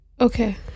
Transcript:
okay